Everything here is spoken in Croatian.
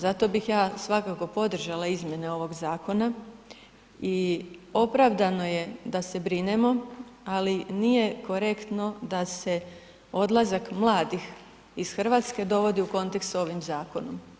Zato bih ja svakako podržala izmjene ovog zakona i opravdano je da se brinemo, ali nije korektno da se odlazak mladih iz Hrvatske dovodi u kontekst s ovim zakonom.